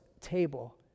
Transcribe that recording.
table